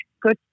good